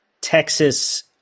Texas